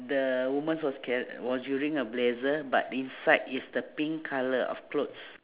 the woman was car~ was using her blazer but inside is the pink colour of clothes